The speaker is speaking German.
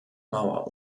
mauer